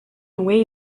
away